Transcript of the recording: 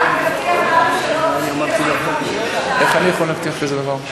רק תבטיח לנו שלא תפעיל את סעיף 52. איך אני יכול להבטיח כזה דבר?